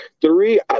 Three